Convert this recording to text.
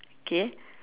okay